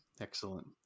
Excellent